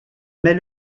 mais